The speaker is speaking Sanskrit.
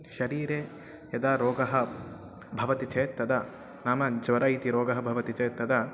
शरीरे यदा रोगः भवति चेत् तदा नाम ज्वरः इति रोगः भवति चेत् तदा